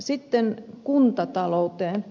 sitten kuntatalouteen